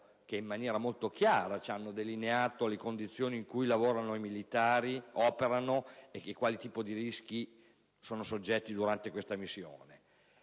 che in maniera molto chiara hanno delineato le condizioni in cui i militari operano e a quale tipo di rischi sono soggetti durante questa missione.